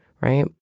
right